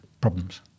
problems